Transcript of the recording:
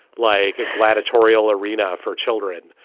like a gladiatorial arena for children?